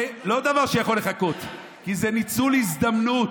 זה לא דבר שיכול לחכות כי זה ניצול הזדמנות,